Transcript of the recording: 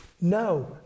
No